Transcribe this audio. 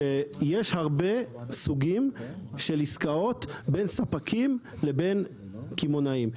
שיש הרבה סוגים של עסקאות בין ספקים לבין קמעונאים,